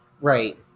Right